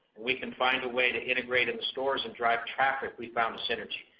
we can find a way to integrate in the stores and drive traffic, we found a synergy.